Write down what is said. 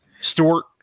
Stewart